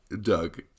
Doug